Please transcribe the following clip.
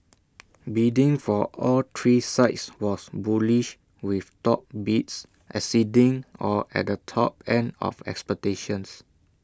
bidding for all three sites was bullish with top bids exceeding or at the top end of expectations